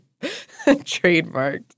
trademarked